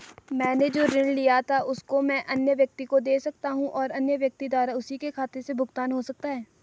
मैंने जो ऋण लिया था उसको मैं अन्य व्यक्ति को दें सकता हूँ और अन्य व्यक्ति द्वारा उसी के खाते से भुगतान हो सकता है?